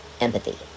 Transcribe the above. empathy